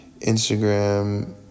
Instagram